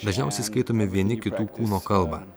dažniausiai skaitome vieni kitų kūno kalbą